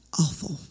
Awful